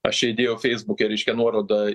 aš čia įdėjau feisbuke reiškia nuorodą